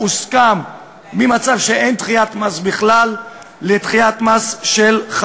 גם הוא בעד ריבונות ביהודה